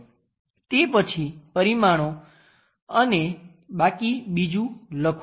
તે પછી પરિમાણો અને બાકી બીજું લખો